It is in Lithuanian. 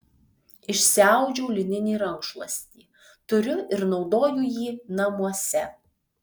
išsiaudžiau lininį rankšluostį turiu ir naudoju jį namuose